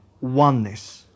oneness